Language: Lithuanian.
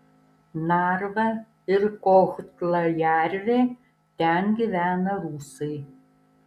narva ir kohtla jervė ten gyvena rusai